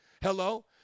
Hello